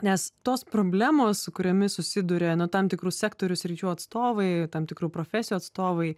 nes tos problemos su kuriomis susiduria nu tam tikrų sektorių sričių atstovai tam tikrų profesijų atstovai